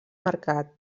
mercat